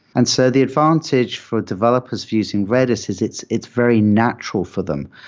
and so the advantage for developers using redis is it's it's very natural for them.